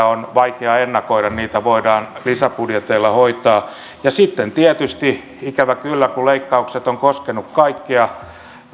on vaikea ennakoida niitä voidaan lisäbudjeteilla hoitaa ja sitten tietysti ikävä kyllä kun leikkaukset ovat koskeneet kaikkea